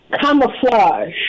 camouflage